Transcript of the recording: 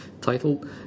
titled